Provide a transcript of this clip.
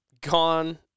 gone